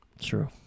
True